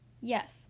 Yes